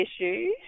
issue